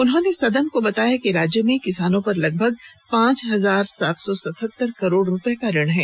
उन्होंने सदन को बताया कि राज्य में किसानों पर लगभग पांच हजार सात सौ सतहत्तर करोड़ का ऋण है